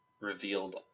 revealed